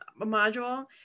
module